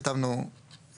כתבנו: "...